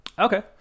Okay